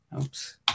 oops